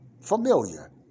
familiar